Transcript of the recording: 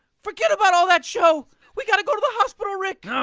forget about all that show! we gotta go to the hospital rick! um